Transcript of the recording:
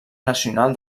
nacional